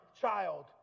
child